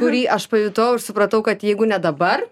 kurį aš pajutau ir supratau kad jeigu ne dabar